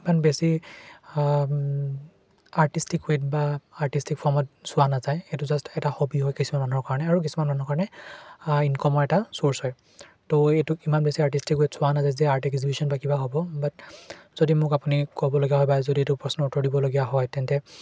ইমান বেছি artistic weight বা আৰ্টিষ্টিক ফৰ্মত চোৱা নাযায় এইটো জাষ্ট এটা হবি হয় কিছুমান মানুহৰ কাৰণে আৰু কিছুমান মানুহৰ কাৰণে ইনকমৰ এটা চ'ৰ্চ হয় তো এইটোক ইমান বেছি আৰ্টিষ্টিক ৱেট চোৱা নাযায় যে আৰ্ট এক্সিভিশ্যন বা কিবা হ'ব বাট যদি মোক আপুনি ক'বলগীয়া হয় বা যদি এইটো প্ৰশ্ন উত্তৰ দিবলগীয়া হয় তেন্তে